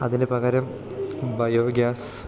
അതിന് പകരം ബയോഗ്യാസ്